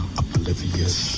oblivious